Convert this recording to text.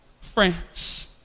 France